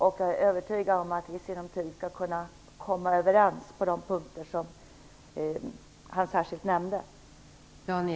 Jag är övertygad om att vi i sinom tid skall kunna komma överens på de punkter som han särskilt nämnde.